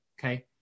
Okay